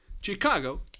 Chicago